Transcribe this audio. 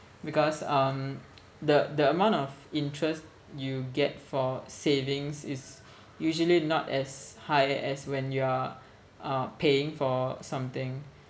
because um the the amount of interest you get for savings is usually not as high as when you are uh paying for something